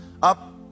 up